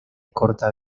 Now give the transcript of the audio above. corta